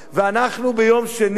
וביום שני,